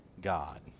God